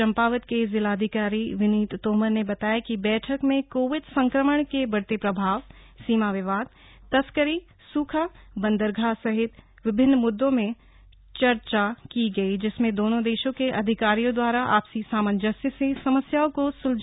चम्पावत के जिलाधिकारी विनीत तोमर ने बताया कि बैठक में कोविड संक्रमण के बढ़ते प्रभाव सीमा विवाद तस्करी सूखा बन्दरगाह सहित विभिन्न मुद्दों में चर्चा की गई जिसमें दोनों देशों के अधिकारियों दवारा थ पसी सामंजस्य से समस्याओं को स्लझाने पर सहमति बनी